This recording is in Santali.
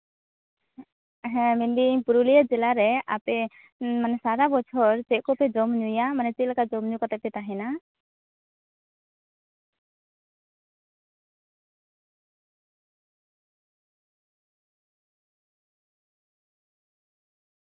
ᱦᱮᱸ ᱢᱮᱱᱫᱤᱧ ᱯᱩᱨᱩᱞᱤᱭᱟᱹ ᱡᱮᱞᱟᱨᱮ ᱟᱯᱮ ᱢᱟᱱᱮ ᱥᱟᱨᱟ ᱵᱚᱪᱷᱚᱨ ᱪᱮᱫ ᱠᱚᱯᱮ ᱡᱚᱢ ᱧᱩᱭᱟ ᱢᱟᱱ ᱪᱮᱫᱞᱮᱠᱟ ᱡᱚᱢ ᱧᱩ ᱠᱟᱛᱮ ᱯᱮ ᱛᱟᱦᱮᱱᱟ